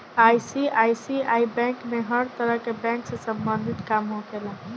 ICICI bank में हर तरह के बैंक से सम्बंधित काम होखेला